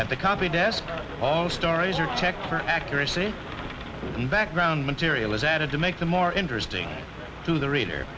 at the copy desk all stories are checked for accuracy and background material is added to make them more interesting to the reader